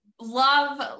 love